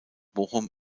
bochum